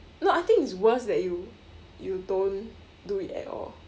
no I think it's worse that you you don't do it at all